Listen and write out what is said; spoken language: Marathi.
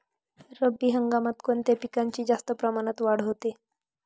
रब्बी हंगामात कोणत्या पिकांची जास्त प्रमाणात वाढ होते?